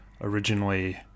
originally